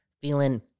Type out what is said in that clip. feeling